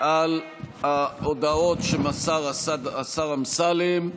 על ההודעות שמסר השר אמסלם.